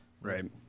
Right